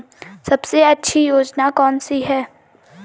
सबसे अच्छी योजना कोनसी है?